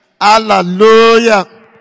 Hallelujah